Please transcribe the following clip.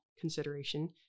consideration